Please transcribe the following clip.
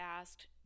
asked